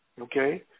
Okay